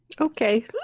Okay